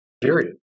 period